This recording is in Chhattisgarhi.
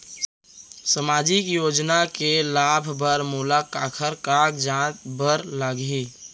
सामाजिक योजना के लाभ बर मोला काखर कागजात बर लागही?